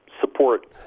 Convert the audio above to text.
support